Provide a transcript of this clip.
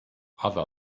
other